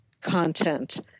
content